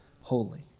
holy